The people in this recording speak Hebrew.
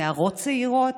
נערות צעירות.